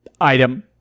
item